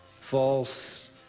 false